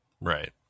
Right